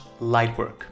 lightwork